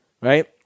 right